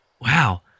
Wow